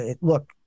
look